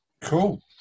Cool